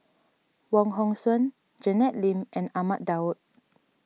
Wong Hong Suen Janet Lim and Ahmad Daud